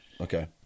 okay